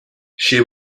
she